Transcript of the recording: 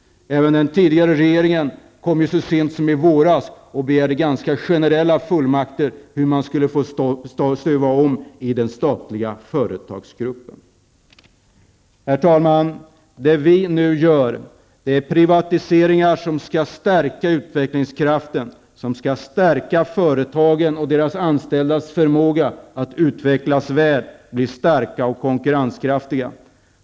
Även den tidigare regeringen kom ju så sent som i våras och begärde ganska generella fullmakter för att man skulle få stuva om i den statliga företagsgruppen. Herr talman! Nu genomför vi privatiseringar som skall stärka utvecklingskraften och som skall stärka företagen och deras anställdas förmåga att utvecklas väl och bli starka och konkurrenskraftiga.